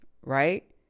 Right